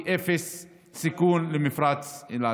היא אפס סיכון למפרץ אילת.